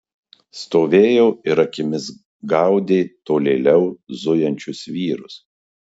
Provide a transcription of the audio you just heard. stovėjo ir akimis gaudė tolėliau zujančius vyrus